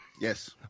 Yes